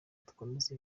dukomeze